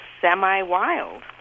semi-wild